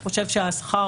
שהוא חושב שהשכר